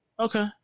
Okay